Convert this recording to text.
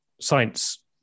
science